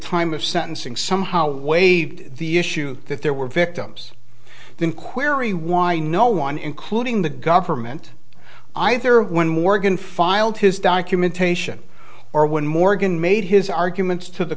time of sentencing somehow waived the issue that there were victims then query why no one including the government either when morgan filed his documentation or when morgan made his arguments to the